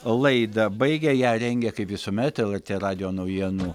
laidą baigia ją rengia kaip visuomet lrt radijo naujienų